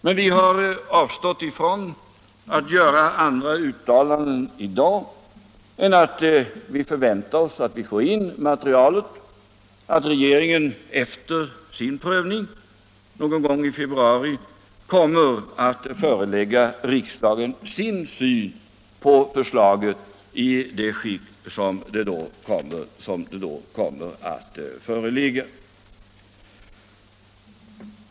Men vi har avstått från att göra andra uttalanden i dag än att vi förväntar oss att få in materialet samt att regeringen efter sin prövning kommer att förelägga riksdagen sin syn på förslaget i det skick som det då har.